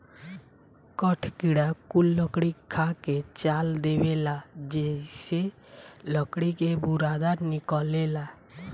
कठ किड़ा कुल लकड़ी खा के चाल देवेला जेइसे लकड़ी के बुरादा निकलेला